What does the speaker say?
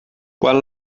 quan